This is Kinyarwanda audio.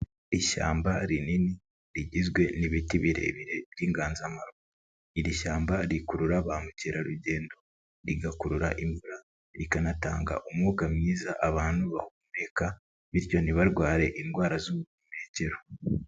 Ishyamba rinini rigizwe n'ibiti birebire by'inganzamarumbo, iri shyamba rikurura ba mukerarugendo, rigakurura imvura, rikanatanga umwuka mwiza abantu bahumeka bityo ntibarware indwara z'ubuhumekero.